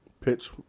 pitch